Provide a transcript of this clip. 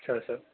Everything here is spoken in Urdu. اچھا سر